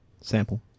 sample